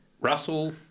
Russell